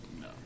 No